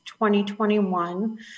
2021